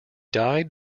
died